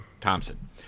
Thompson